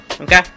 Okay